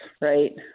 right